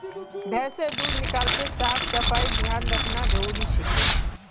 भैंसेर दूध निकलाते साफ सफाईर ध्यान रखना जरूरी छिके